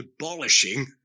abolishing